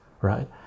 right